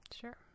Sure